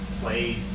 played